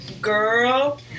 girl